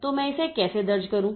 तो मैं इसे कैसे दर्ज करूं